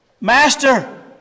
Master